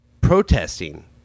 protesting